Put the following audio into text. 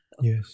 Yes